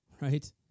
right